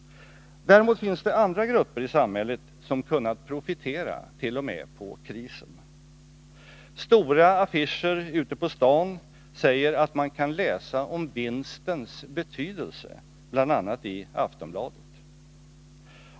Däremot finns det andra grupper i samhället som kunnat profitera t.o.m. på krisen. Stora affischer ute på stan säger att man kan läsa om vinstens betydelse bl.a. i Aftonbladet.